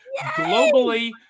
globally